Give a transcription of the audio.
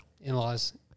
in-laws